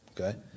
okay